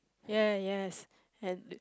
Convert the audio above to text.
ya yes and